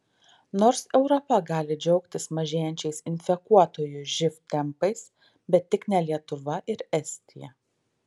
nors europa gali džiaugtis mažėjančiais infekuotųjų živ tempais bet tik ne lietuva ir estija